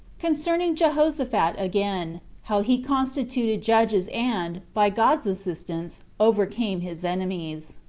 concerning jehoshaphat again how he constituted judges and, by god's assistance overcame his enemies.